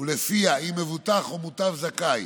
שלפיה אם מבוטח או מוטב זכאי